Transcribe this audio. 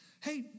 hey